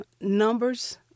numbers